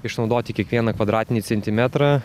išnaudoti kiekvieną kvadratinį centimetrą